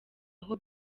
aho